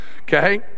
Okay